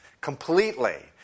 completely